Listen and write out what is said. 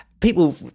People